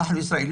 אנחנו ישראלים,